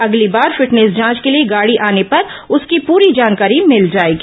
अगली बार फिटनेस जांच के लिए गाड़ी आने पर उसकी पूरी जानकारी मिल जाएगी